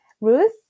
Ruth